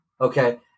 Okay